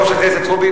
יושב-ראש הכנסת רובי,